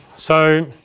so,